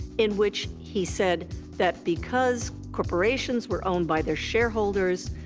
in which he said that because corporations were owned by their shareholders,